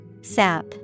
Sap